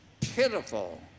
Pitiful